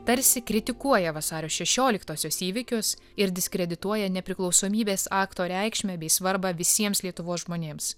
tarsi kritikuoja vasario šešioliktosios įvykius ir diskredituoja nepriklausomybės akto reikšmę bei svarbą visiems lietuvos žmonėms